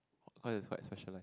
cause is quite specialise